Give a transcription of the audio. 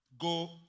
go